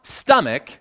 stomach